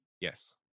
Yes